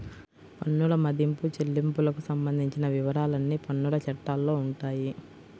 పన్నుల మదింపు, చెల్లింపులకు సంబంధించిన వివరాలన్నీ పన్నుల చట్టాల్లో ఉంటాయి